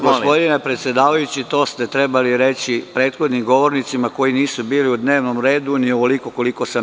Gospodine predsedavajući, to ste trebali reći prethodnim govornicima koji nisu bili u dnevnom redu ni ovoliko koliko sam.